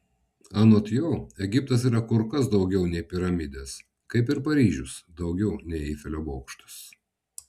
anot jo egiptas yra kur kas daugiau nei piramidės kaip ir paryžius daugiau nei eifelio bokštas